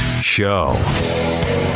Show